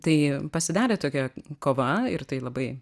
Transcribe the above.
tai pasidarė tokia kova ir tai labai